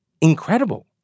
incredible